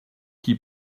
qui